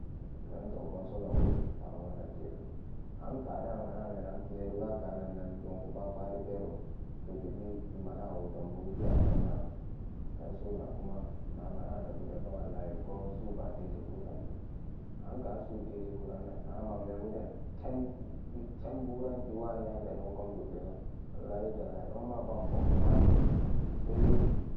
Innoto go soga inwugi damuwa don tebe an kada manameran pedugan kananan goku ba fari pero ribibi e manawo donbu ebewa tom nagan ansunagkuma na manamebude pat wallahi gosubateshiku kagi ankan suteshikuran namanmebu etem-tem buran ke wa nya nedon komku keso wallahi tallahi momapa inpoggapat sai